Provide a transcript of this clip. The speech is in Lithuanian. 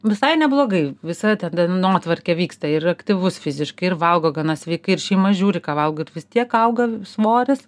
visai neblogai visa ta dienotvarkė vyksta ir aktyvus fiziškai ir valgo gana sveikai ir šeima žiūri ką valgo ir vis tiek auga svoris